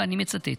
ואני מצטטת: